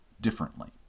differently